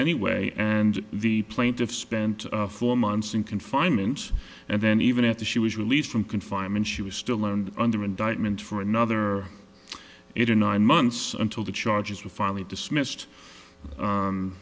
anyway and the plaintiff spent four months in confinement and then even after she was released from confinement she was still there and under indictment for another eight or nine months until the charges were finally dismissed